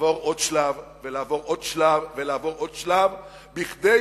לעבור עוד שלב ולעבור עוד שלב ולעבור עוד שלב,